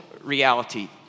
reality